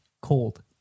cold